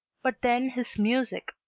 but then his music,